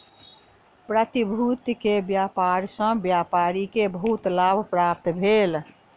प्रतिभूति के व्यापार सॅ व्यापारी के बहुत लाभ प्राप्त भेल